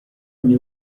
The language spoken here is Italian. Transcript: ogni